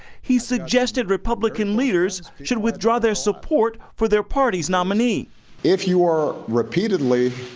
he suggested republican leaders should withdraw their support for their party's nominee if you are repeatedly